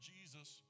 Jesus